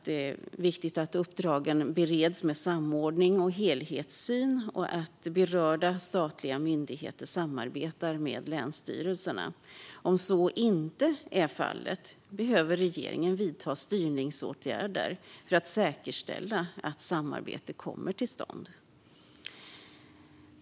Det är viktigt att uppdragen bereds med samordning och helhetssyn och att berörda statliga myndigheter samarbetar med länsstyrelserna. Om så inte är fallet behöver regeringen vidta styrningsåtgärder för att säkerställa att samarbete kommer till stånd.